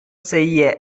செய்ய